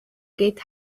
get